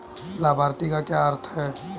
लाभार्थी का क्या अर्थ है?